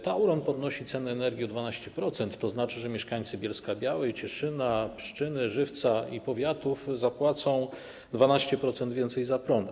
Tauron podnosi ceny energii o 12%, tzn. że mieszkańcy Bielsko-Białej, Cieszyna, Pszczyny, Żywca i powiatów zapłacą 12% więcej za prąd.